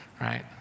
right